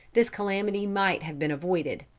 this calamity might have been avoided.